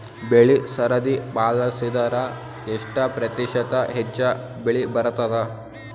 ಬೆಳಿ ಸರದಿ ಪಾಲಸಿದರ ಎಷ್ಟ ಪ್ರತಿಶತ ಹೆಚ್ಚ ಬೆಳಿ ಬರತದ?